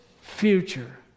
future